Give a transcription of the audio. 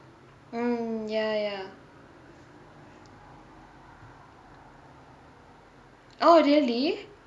mm ya ya ya oh really